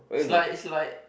it's like it's like